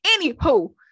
anywho